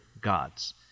gods